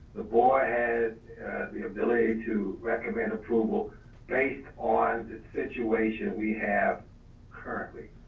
the board has the ability to recommend approval based on the situation we have currently.